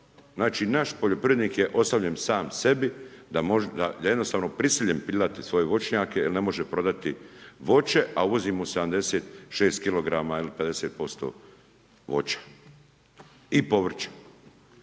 Znači naš poljoprivrednik je ostavljen sebi da jednostavno je prisiljen je pilati svoje voćnjake jer ne može prodati voće a uvozimo 76 kg ili 50% voća i povrća.